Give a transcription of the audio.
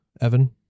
Evan